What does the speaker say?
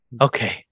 Okay